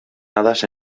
hadas